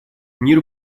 мир